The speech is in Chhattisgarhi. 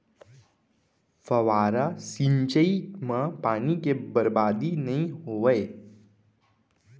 फवारा सिंचई म पानी के बरबादी नइ होवय